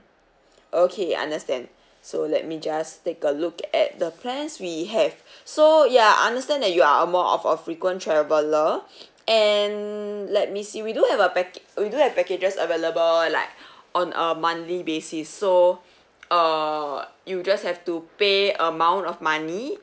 okay understand so let me just take a look at the plans we have so yeah I understand that you are more of a frequent traveller and let me see we do have a packa~ we do have packages available like on a monthly basis so err you just have to pay amount of money